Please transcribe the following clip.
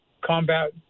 combat